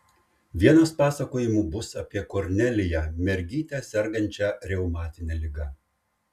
vienas pasakojimų bus apie korneliją mergytę sergančią reumatine liga